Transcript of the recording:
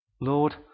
Lord